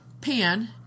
pan